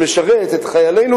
שמשרת את חיילינו,